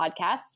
podcast